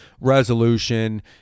resolution